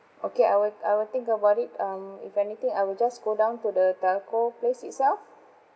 okay I will I will think about it um if anything I will just go down to the telco place itself